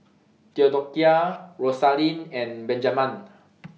Theodocia Rosalyn and Benjaman